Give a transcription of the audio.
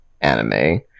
anime